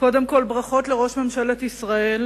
קודם כול, ברכות לראש ממשלת ישראל